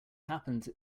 happens